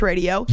Radio